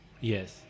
yes